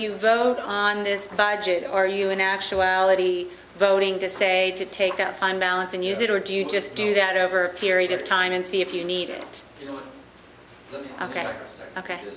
you vote on this budget are you in actuality voting to say to take up time balance and use it or do you just do that over a period of time and see if you need it ok ok